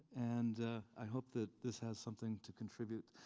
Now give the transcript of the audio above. and i hope that this has something to contribute.